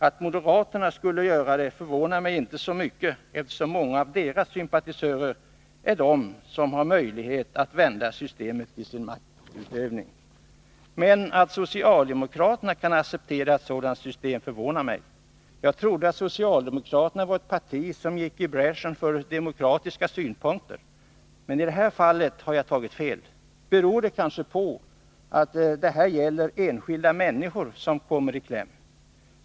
Att moderaterna gör det förvånar mig inte så mycket, eftersom många av deras sympatisörer tillhör dem som har möjlighet att använda systemet i sin maktutövning. Men att socialdemokraterna kan acceptera ett sådant system förvånar mig. Jag trodde att socialdemokraterna var ett parti som gick i bräschen för demokratiska synpunkter. Men i det här fallet har jag tagit fel. Beror det kanske på att det här gäller enskilda människor som kommer i kläm?